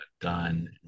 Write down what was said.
done